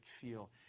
feel